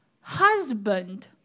husband